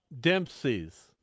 Dempsey's